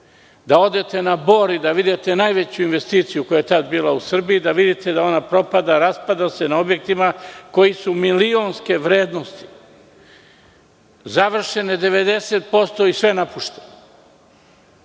da odete na Bor i da vidite najveću investiciju koja je tada bila u Srbiji, da vidite da ona propada, raspada se na objektima koji su milionske vrednosti, završene 90% i sve napušteno.